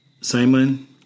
Simon